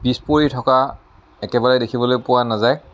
পিছপৰি থকা একেবাৰে দেখিবলে পোৱা নাযায়